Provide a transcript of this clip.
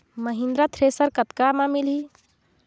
Mahindra thresher कतका म मिलही?